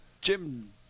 Jim